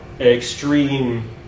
extreme